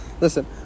Listen